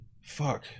Fuck